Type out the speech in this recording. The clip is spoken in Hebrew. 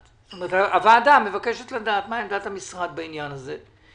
הוועדה מבקשת לדעת מה עמדת המשרד בעניין הזה.